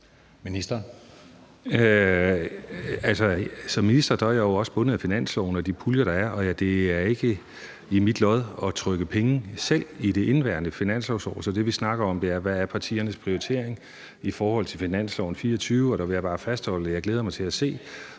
som minister er jeg jo også bundet af finansloven og de puljer, der er, og det ligger ikke i mit lod selv at trykke penge i det indeværende finansår. Så det, vi snakker om, er, hvad der er partiernes prioritering i forhold til finansloven for 2024, og der vil jeg bare fastholde, at jeg glæder mig til at se,